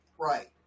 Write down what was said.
Right